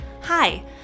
Hi